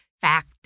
fact